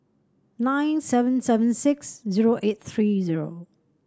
nine seven seven six zero eight three zero